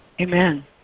amen